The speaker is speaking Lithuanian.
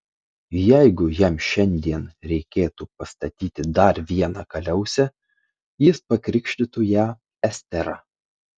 jeigu jam šiandien reikėtų pastatyti dar vieną kaliausę jis pakrikštytų ją estera